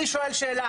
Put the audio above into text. אני שואל שאלה,